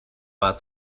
war